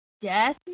Death